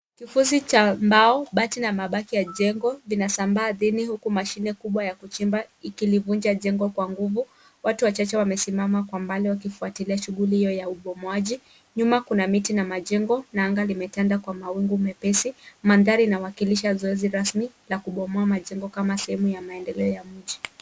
Kifusi cha mbao, bati na mabaki ya jengo vinasambaa ardhini huku mashine kubwa ya kuchimba ikilivunja jengo kwa nguvu. Watu wachache wamesimama kwa mabali wakifuatilia shughuli hiyo ya ubomoaji. Nyuma kuna miti na majengo na anga limetanda kwa mawingu mepesi. Mandhari inawakilisha zoezi rasmi la kubomoa majengo kama sehemu ya maendeleo ya mji.